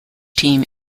team